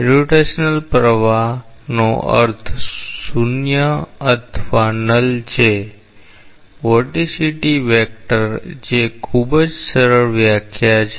irrotational પ્રવાહનો અર્થ 0 અથવા નલ છે વોર્ટિસિટી વેક્ટર જે ખૂબ જ સરળ વ્યાખ્યા છે